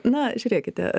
na žiūrėkite